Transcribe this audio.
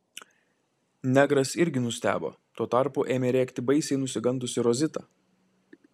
negras irgi nustebo tuo tarpu ėmė rėkti baisiai nusigandusi rozita